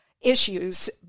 issues